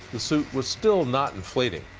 the suit was still not inflating.